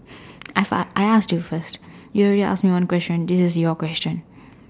I've I asked you first you already asked me one question this is your question